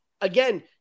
again